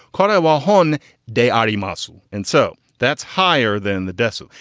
cordwell hon de audy mossel. and so that's higher than the dsu.